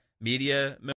media